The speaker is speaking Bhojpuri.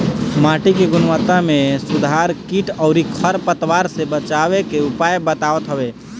माटी के गुणवत्ता में सुधार कीट अउरी खर पतवार से बचावे के उपाय बतावत हवे